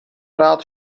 rád